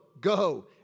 go